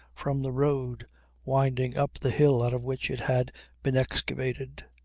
from the road winding up the hill out of which it had been excavated.